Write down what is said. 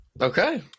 Okay